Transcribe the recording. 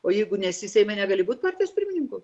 o jeigu nesi seime negali būt partijos pirmininku